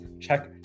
check